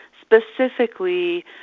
specifically